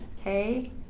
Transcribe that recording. okay